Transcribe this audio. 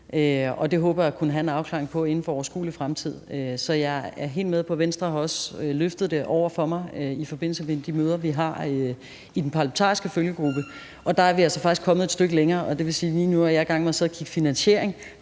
det håber jeg at kunne have en afklaring på inden for overskuelig fremtid. Så jeg er helt med på det. Venstre har også løftet det over for mig i forbindelse med de møder, vi har i den parlamentariske følgegruppe, og der er vi altså faktisk kommet et stykke længere, og det vil sige, at lige nu er jeg i gang med at sidde og kigge finansiering